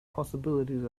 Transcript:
possibilities